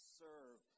serve